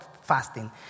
fasting